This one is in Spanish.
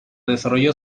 desarrolló